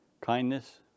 kindness